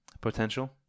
potential